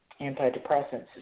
antidepressants